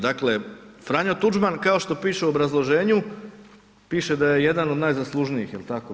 Dakle F. Tuđman kao što piše u obrazloženju, piše da je jedan od najzaslužnijih, jel tako?